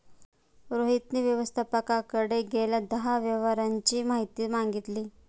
रोहितने व्यवस्थापकाकडे गेल्या दहा व्यवहारांची माहिती मागितली